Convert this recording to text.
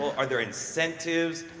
are there incentives,